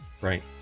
Right